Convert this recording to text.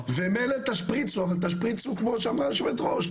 מילא תשפריצו אבל תשפריצו כמו שאמרה יושבת הראש,